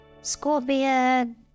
Scorpion